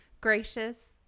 gracious